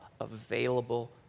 available